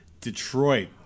Detroit